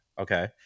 Okay